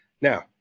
Now